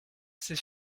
c’est